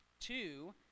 two